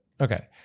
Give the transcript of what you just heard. Okay